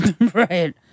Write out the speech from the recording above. Right